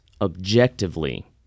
objectively